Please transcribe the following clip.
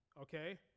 Okay